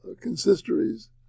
consistories